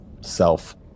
self